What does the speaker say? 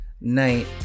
night